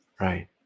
Right